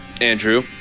Andrew